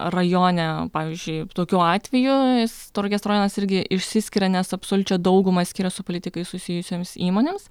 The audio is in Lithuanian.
rajone pavyzdžiui tokiu atveju tauragės rajonas irgi išsiskiria nes absoliučią daugumą skiria su politikais susijusioms įmonėms